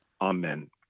Amen